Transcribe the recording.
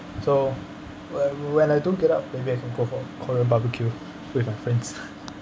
so when when I don't get out maybe I can go for korean barbecue with my friends